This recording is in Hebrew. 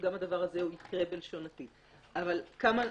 גם הדבר הזה יקרה בלשון עתיד אבל כמה נקודות: